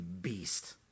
beast